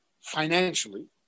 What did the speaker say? financially